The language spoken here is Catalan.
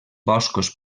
boscos